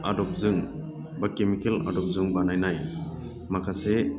आदबजों बा केमिकेल आदबजों बानायनाय माखासे